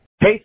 Hey